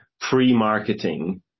pre-marketing